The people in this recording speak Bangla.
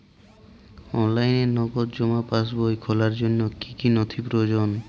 অনলাইনে নগদ জমা পাসবই খোলার জন্য কী কী নথি প্রয়োজন?